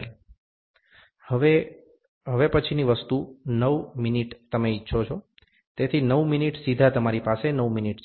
3" હવે હવે પછીની વસ્તુ 9' તમે ઇચ્છો છો તેથી 9' સીધા તમારી પાસે 9' છે